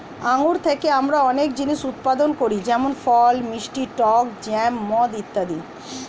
আঙ্গুর থেকে আমরা অনেক জিনিস উৎপাদন করি যেমন ফল, মিষ্টি, টক জ্যাম, মদ ইত্যাদি